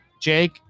Jake